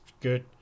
good